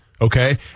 okay